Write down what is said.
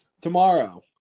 Tomorrow